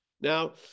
Now